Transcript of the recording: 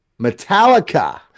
Metallica